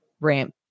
ramp